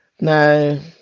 No